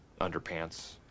underpants